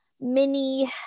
mini